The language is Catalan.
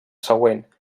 següent